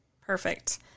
Perfect